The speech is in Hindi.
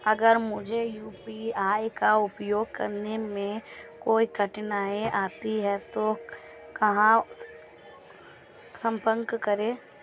अगर मुझे यू.पी.आई का उपयोग करने में कोई कठिनाई आती है तो कहां संपर्क करें?